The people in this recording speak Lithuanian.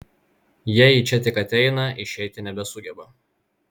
jie į čia tik ateina išeiti nebesugeba